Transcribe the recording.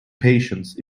patience